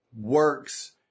works